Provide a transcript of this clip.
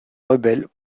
rebelles